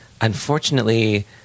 unfortunately